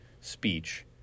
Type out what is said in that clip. speech